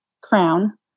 crown